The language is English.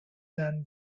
than